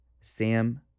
Sam